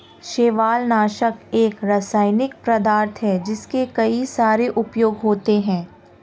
शैवालनाशक एक रासायनिक पदार्थ है जिसके कई सारे उपयोग होते हैं